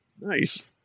nice